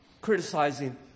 criticizing